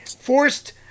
forced